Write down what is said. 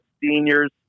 seniors